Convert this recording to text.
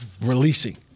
releasing